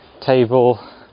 table